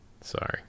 Sorry